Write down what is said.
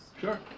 Sure